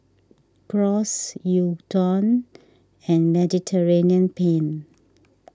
Gyros Gyudon and Mediterranean Penne